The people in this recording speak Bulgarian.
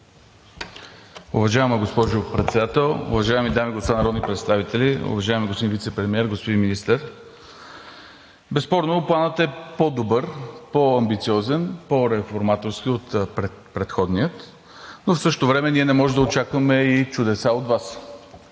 Уважаема госпожо Председател, уважаеми дами и господа народни представители, уважаеми господин Вицепремиер, господин Министър! Безспорно Планът е по-добър, по-амбициозен, по-реформаторски от предходния, но в същото време ние не можем да очакваме и чудеса от Вас.